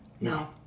No